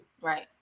right